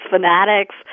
fanatics